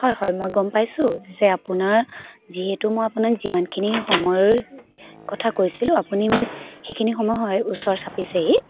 হয় হয় মই গম পাইছোঁ যে আপোনাৰ যিহেতু মই আপোনাক যিমানখিনি সময়ৰ কথা কৈছিলোঁ আপুনি মোক সেইখিনি সময় হয় ওচৰ চাপিছেহি